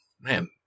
Man